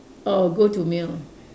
or a go-to meal